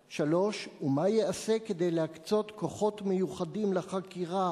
3. מה ייעשה כדי להקצות כוחות מיוחדים לחקירה